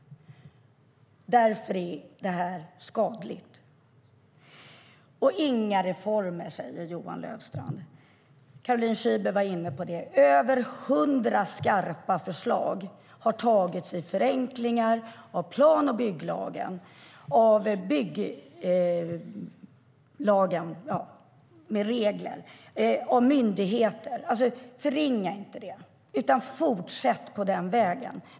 Därför är det skadligt. Johan Löfstrand säger att det inte kom några reformer under alliansregeringen. Caroline Szyber var inne på att över 100 skarpa förslag lades fram för förenklingar av plan och bygglagen, regler och för myndigheter. Förringa inte det, utan fortsätt på den vägen!